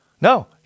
no